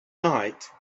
night